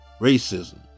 Racism